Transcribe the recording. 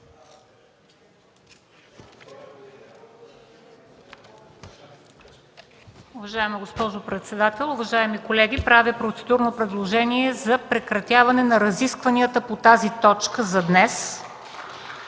Уважаема госпожо председател, уважаеми колеги! Правя процедурно предложение за прекратяване на разискванията по тази точка за днес